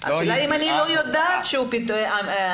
השאלה מה קורה אם אני לא יודעת שהוא קיבל הודעה